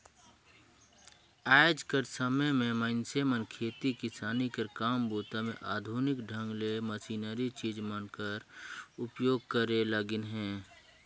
आएज कर समे मे मइनसे मन खेती किसानी कर काम बूता मे आधुनिक ढंग ले मसीनरी चीज मन कर उपियोग करे लगिन अहे